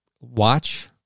watch